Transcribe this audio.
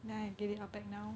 then I get it up back now